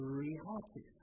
reality